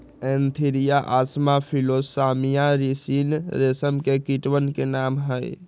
Antheraea assama Philosamia ricini रेशम के कीटवन के नाम हई